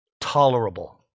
Tolerable